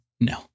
No